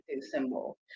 symbol